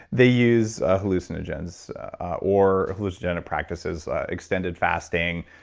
they use ah hallucinogens or hallucinogenic practices, extended fasting,